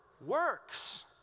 Works